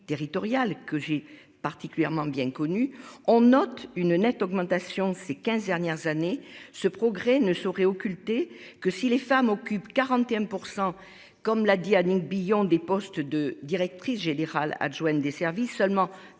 que j'ai particulièrement bien connu, on note une nette augmentation ces 15 dernières années, ce progrès ne saurait occulter que si les femmes occupent 41%. Comme l'a dit Annick Billon, des postes de directrice générale adjointe des services, seulement